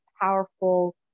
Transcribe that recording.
powerful